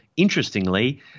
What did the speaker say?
Interestingly